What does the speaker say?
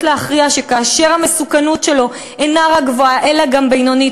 להכריע שכאשר המסוכנות שלו אינה רק גבוהה אלא גם בינונית,